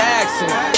accent